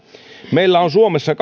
meillä on suomessa